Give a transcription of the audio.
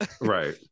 right